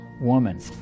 woman